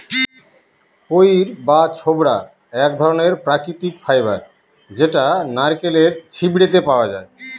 কইর বা ছবড়া এক ধরনের প্রাকৃতিক ফাইবার যেটা নারকেলের ছিবড়েতে পাওয়া যায়